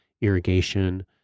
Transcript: irrigation